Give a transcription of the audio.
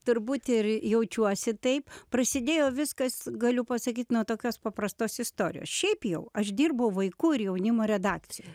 turbūt ir jaučiuosi taip prasidėjo viskas galiu pasakyt nuo tokios paprastos istorijos šiaip jau aš dirbau vaikų ir jaunimo redakcijoj